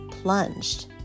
Plunged